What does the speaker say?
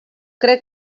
crec